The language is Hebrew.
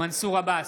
מנסור עבאס,